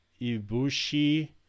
Ibushi